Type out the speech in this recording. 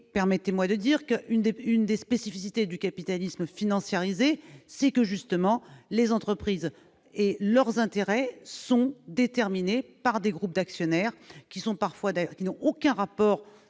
permettez-moi de dire que, une des plus une des spécificités du capitalisme financiarisé c'est que justement, les entreprises et leurs intérêts sont déterminés par des groupes d'actionnaires qui sont parfois